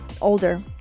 older